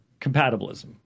compatibilism